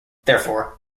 therefore